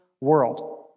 world